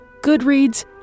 Goodreads